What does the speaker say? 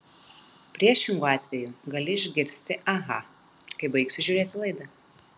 priešingu atveju gali išgirsti aha kai baigsiu žiūrėti laidą